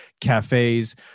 cafes